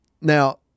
Now